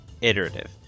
iterative